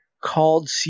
called